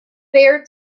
there